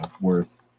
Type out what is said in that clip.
worth